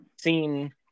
seen